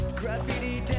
graffiti